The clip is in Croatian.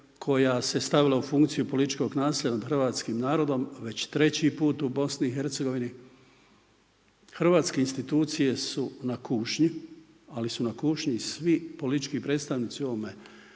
koja se stavila u funkciju političkog nasilja nad hrvatskim narodom već treći put u Bosni i Hercegovini. Hrvatske institucije su na kušnji, ali su na kušnji i svi politički predstavnici u ovome